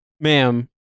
ma'am